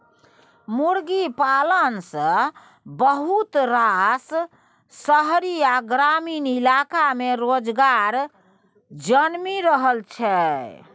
मुर्गी पालन सँ बहुत रास शहरी आ ग्रामीण इलाका में रोजगार जनमि रहल छै